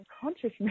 consciousness